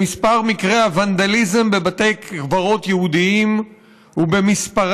במספר מקרי הוונדליזם בבתי קברות יהודיים ובמספרן